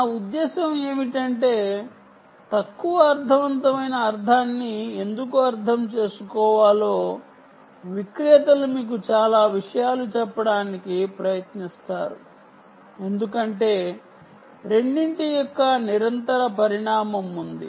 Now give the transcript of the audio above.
నా ఉద్దేశ్యం ఏమిటంటే తక్కువ అర్ధవంతమైన అర్ధాన్ని ఎందుకు అర్ధం చేసుకోవాలో విక్రేతలు మీకు చాలా విషయాలు చెప్పడానికి ప్రయత్నిస్తారు ఎందుకంటే రెండింటి యొక్క నిరంతర పరిణామం ఉంది